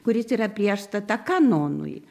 kuris yra priešstata kanonui